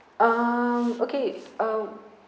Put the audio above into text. um okay uh